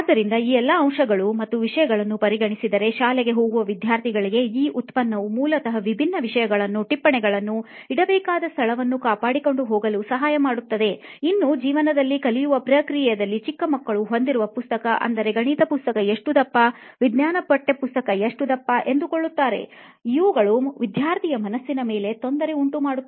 ಆದ್ದರಿಂದ ಈ ಎಲ್ಲಾ ಅಂಶಗಳು ಮತ್ತು ವಿಷಯಗಳನ್ನು ಪರಿಗಣಿಸಿದರೆ ಶಾಲೆಗೆ ಹೋಗುವ ವಿದ್ಯಾರ್ಥಿಗಳಿಗೆ ಈ ಉತ್ಪನ್ನವು ಮೂಲತಃ ವಿಭಿನ್ನ ವಿಷಯಗಳನ್ನೂ ಟಿಪ್ಪಣಿಗಳನ್ನು ಇಡಬೇಕಾದ ಸ್ಥಳವನ್ನು ಕಾಪಾಡಿಕೊಂಡು ಹೋಗಲು ಸಹಾಯ ಮಾಡುತ್ತದೆ ಇನ್ನೂ ಜೀವನದಲ್ಲಿ ಕಲಿಯುವ ಪ್ರಕ್ರಿಯೆಯಲ್ಲಿ ಇರುವ ಚಿಕ್ಕ ಮಕ್ಕಳು ಹೊಂದಿರುವ ಪುಸ್ತಕ ಅಂದರೆ ಗಣಿತ ಪಠ್ಯಪುಸ್ತಕ ಎಷ್ಟು ದಪ್ಪವಿಜ್ಞಾನ ಪಠ್ಯಪುಸ್ತಕ ಎಷ್ಟು ದಪ್ಪ ಎಂದುಕೊಳ್ಳುತ್ತಾರೆ ಇವುಗಳು ವಿದ್ಯಾರ್ಥಿಯ ಮನಸ್ಸಿನ ಮೇಲೆ ತೊಂದರೆ ಉಂಟು ಮಾಡುತ್ತವೆ